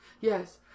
yes